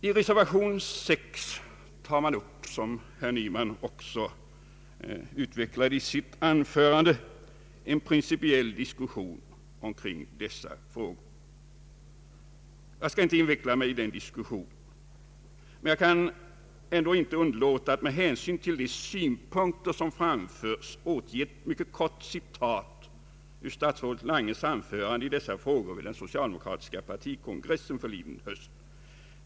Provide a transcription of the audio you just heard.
I reservation 6 tas upp, som herr Nyman också utvecklade i sitt anförande, en principiell diskussion kring dessa frågor. Jag skall inte inveckla mig i den diskussionen, men jag kan ändå inte underlåta att med hänsyn till de synpunkter som framförs återge ett mycket kort citat ur statsrådet Langes anförande i dessa frågor vid den socialdemokratiska partikongressen förliden höst.